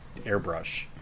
airbrush